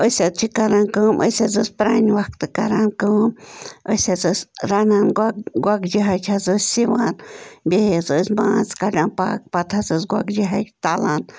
أسۍ حظ چھِ کَران کٲم أسۍ حظ ٲسۍ پَرٛانہِ وقتہٕ کَران کٲم أسۍ حظ ٲسۍ رَنان گۄ گۄگجہِ حَچہِ حظ ٲسۍ سِوان بیٚیہِ حظ ٲسۍ ماز کَڑان پاکہٕ پتہٕ حظ ٲسۍ گۄجہِ حَچہِ تَلان